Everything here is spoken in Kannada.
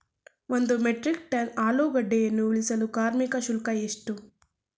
ಒಂದು ಮೆಟ್ರಿಕ್ ಟನ್ ಆಲೂಗೆಡ್ಡೆಯನ್ನು ಇಳಿಸಲು ಕಾರ್ಮಿಕ ಶುಲ್ಕ ಎಷ್ಟು?